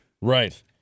Right